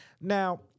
Now